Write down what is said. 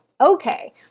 Okay